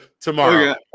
tomorrow